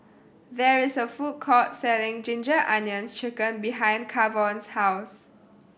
there is a food court selling Ginger Onions Chicken behind Kavon's house